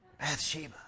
Bathsheba